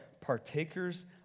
partakers